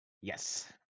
Yes